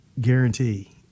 guarantee